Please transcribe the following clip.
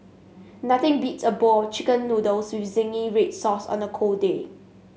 nothing beats a bowl chicken noodles with zingy red sauce on a cold day